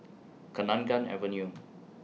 Kenanga Avenue